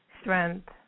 strength